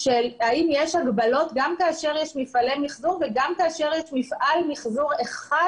האם יש הגבלות גם כאשר יש מפעלי מיחזור וגם כאשר יש